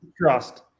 trust